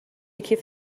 کیف